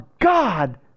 God